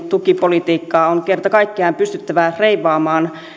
tukipolitiikkaa on kerta kaikkiaan pystyttävä reivaamaan